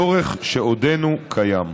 צורך שעודנו קיים.